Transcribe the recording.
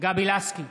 גבי לסקי,